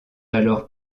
alors